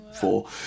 four